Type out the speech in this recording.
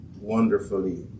wonderfully